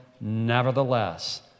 Nevertheless